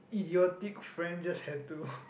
idiotic friends just had to